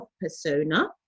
persona